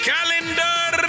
Calendar